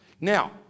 Now